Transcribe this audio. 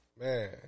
Man